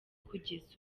kugeza